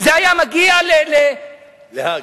זה היה מגיע, להאג,